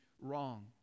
wrong